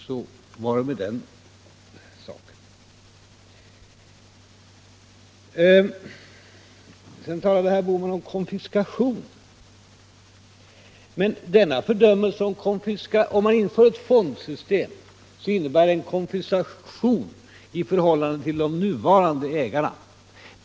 Så var det med den saken. Herr Bohman talade om konfiskation. Om man inför ett fondsystem, så innebär det, menar han, en konfiskation i förhållande till de nuvarande ägarna.